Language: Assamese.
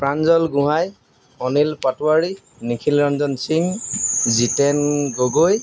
প্ৰাঞ্জল গোহাঁই অনিল পাটোৱাৰী নিখিল ৰঞ্জন সিং জিতেন গগৈ